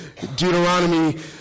Deuteronomy